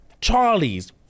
Charlie's